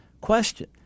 question